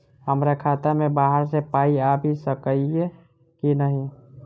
हमरा खाता मे बाहर सऽ पाई आबि सकइय की नहि?